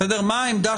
מה עמדת